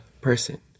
person